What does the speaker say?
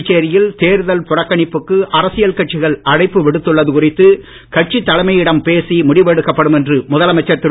புதுச்சேரியில் தேர்தல் புறக்கணிப்புக்கு அரசியல் கட்சிகள் அழைப்பு விடுத்துள்ளது குறித்து கட்சித் தலைமையிடம் பேசி முடிவெடுக்கப்படும் என்று முதலமைச்சர் திரு